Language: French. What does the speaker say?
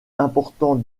important